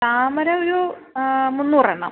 താമര ഒരു മുന്നൂറ് എണ്ണം